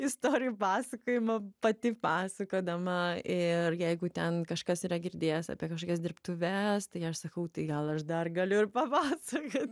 istorijų pasakojimo pati pasakodama ir jeigu ten kažkas yra girdėjęs apie kažkokias dirbtuves tai aš sakau tai gal aš dar galiu ir papasakot